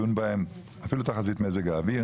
אפילו תחזית מזג האוויר